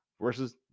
versus